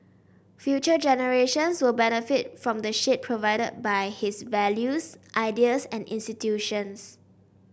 future generations will benefit from the shade provided by his values ideas and institutions